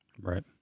Right